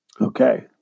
Okay